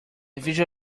visual